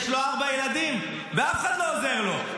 יש לו ארבעה ילדים, ואף אחד לא עוזר לו.